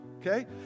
okay